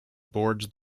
boards